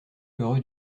heureux